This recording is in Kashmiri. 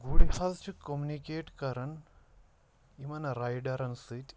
گُرۍ حظ چھِ کوٚمنِکیٹ کَران یِمَن رایڈَرَن سۭتۍ